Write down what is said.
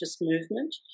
movement